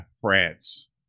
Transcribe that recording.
france